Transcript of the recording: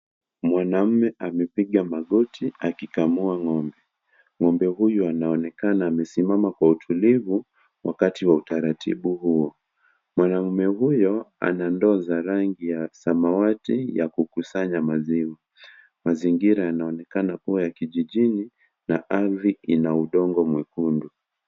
Mwanaume amepiga magoti akikamua ng'ombe. Ng'ombe huyo anaonekana amesimama kwa utulivu wakati wa utaratibu huo. Mwanaume huyo ana ndoo za rangi ya samawati ya kukusanya maziwa . Mazingira yanaonekana kuwa ya kijijini na ardhi ina udongo mwekundu.